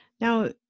Now